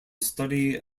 study